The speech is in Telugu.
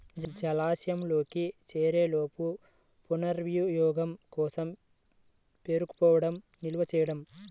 జలాశయంలోకి చేరేలోపు పునర్వినియోగం కోసం పేరుకుపోవడం నిల్వ చేయడం